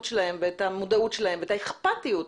שלהם ואת המודעות שלהם ואת האכפתיות.